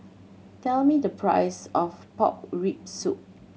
tell me the price of pork rib soup